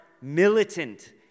militant